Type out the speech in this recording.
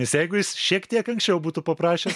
nes jeigu jis šiek tiek anksčiau būtų paprašęs